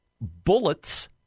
bullets